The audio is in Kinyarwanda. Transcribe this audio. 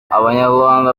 abanyarwanda